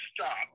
stop